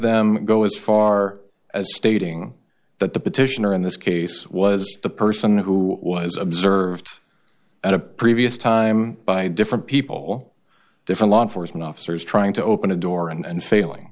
them go as far as stating that the petitioner in this case was the person who was observed at a previous time by different people different law enforcement officers trying to open a door and failing